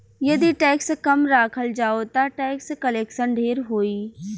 यदि टैक्स कम राखल जाओ ता टैक्स कलेक्शन ढेर होई